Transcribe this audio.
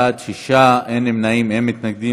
בעד, שישה, אין נמנעים, אין מתנגדים.